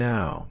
Now